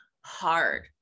hard